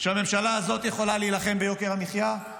שהממשלה הזאת יכולה להילחם ביוקר המחיה?